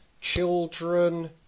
children